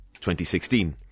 2016